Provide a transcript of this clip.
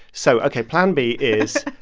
so ok, plan b is,